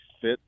fit